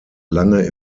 lange